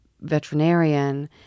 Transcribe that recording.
veterinarian